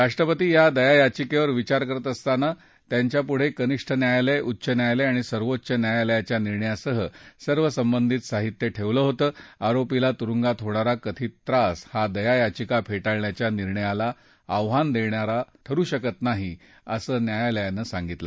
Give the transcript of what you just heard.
राष्ट्रपती या दयायाचिकेवर विचार करत असताना त्यांच्यापुढं कनिष्ठ न्यायालय उच्च न्यायालय आणि सर्वोच्च न्यायालयाच्या निर्णयासह सर्व संबंधित साहित्य ठेवलं होतं आरोपीला तुरुंगात होणारा कथित त्रास हा दयायाचिका फेटाळण्याच्या निर्णयाला आव्हान देण्याचा आधार ठरु शकत नाही असं न्यायालयानं सांगितलं